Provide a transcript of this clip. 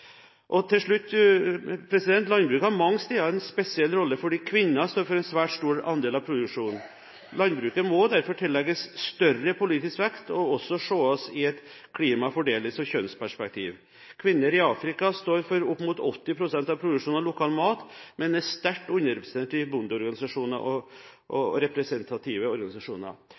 Til slutt: Landbruket har mange steder en spesiell rolle fordi kvinner står for en svært stor andel av produksjonen. Landbruket må derfor tillegges større politisk vekt og ses i et klima-, fordelings- og kjønnsperspektiv. Kvinner i Afrika står for opp mot 80 pst. av produksjonen av lokal mat, men er sterkt underrepresentert i bondeorganisasjoner og representative organisasjoner.